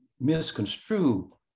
misconstrue